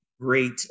Great